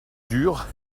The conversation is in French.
dure